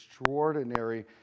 extraordinary